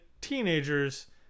teenagers